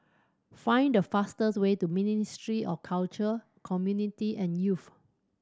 find the fastest way to Ministry of Culture Community and Youth